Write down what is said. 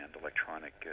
electronic